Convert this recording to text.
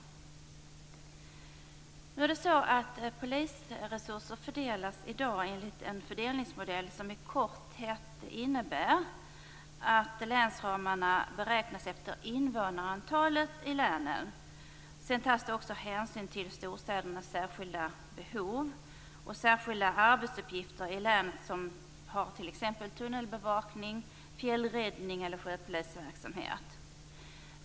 I dag fördelas de polisiära resurserna enligt en modell som i korthet innebär att länsramarna beräknas efter invånarantalet i länen. Hänsyn tas sedan också till storstädernas särskilda behov, särskilda arbetsuppgifter i länet som t.ex. tunnelbevakning, fjällräddning eller sjöpolisverksamhet.